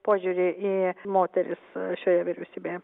požiūrį į moteris šioje vyriausybėje